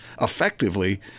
effectively